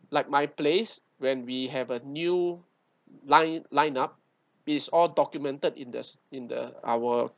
like my place when we have a new line line up is all documented in the in the our